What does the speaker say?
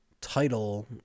title